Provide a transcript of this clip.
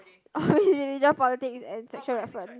oh religion politics and sexual reference